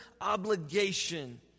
obligation